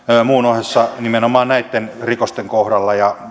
muun ohessa nimenomaan näitten rikosten kohdalla ja